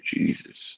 Jesus